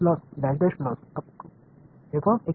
மாணவர் எனவே அதன் பங்களிப்பு h மற்றொருஆக இருக்கும்